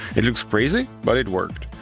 it looks crazy, but it worked!